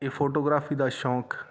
ਇਹ ਫੋਟੋਗ੍ਰਾਫੀ ਦਾ ਸ਼ੌਂਕ